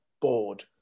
bored